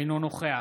אינו נוכח